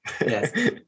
Yes